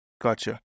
Gotcha